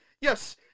Yes